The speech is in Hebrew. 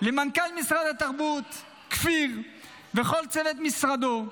למנכ"ל משרד התרבות כפיר וכל צוות משרדו,